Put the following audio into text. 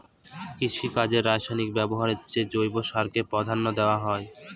কৃষিকাজে রাসায়নিক ব্যবহারের চেয়ে জৈব চাষকে প্রাধান্য দেওয়া হয়